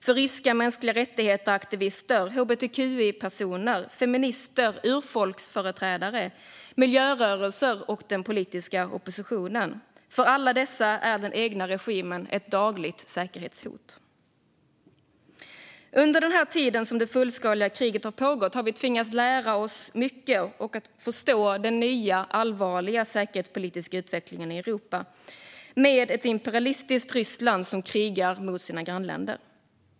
För ryska aktivister för mänskliga rättigheter, hbtqi-personer, feminister, urfolksföreträdare, miljörörelser och den politiska oppositionen är den egna regimen ett dagligt säkerhetshot. Under den tid som det fullskaliga kriget har pågått har vi tvingats att lära oss mycket och att förstå den nya, allvarliga säkerhetspolitiska utvecklingen i Europa med ett imperialistiskt Ryssland som krigar mot sina grannländer.